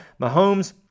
Mahomes